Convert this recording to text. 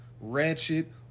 ratchet